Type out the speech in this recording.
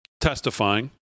testifying